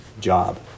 job